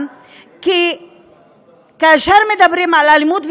כי כאשר מדברים על אלימות,